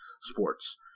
sports